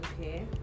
okay